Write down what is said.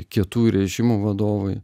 kietų režimų vadovai